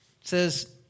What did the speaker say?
says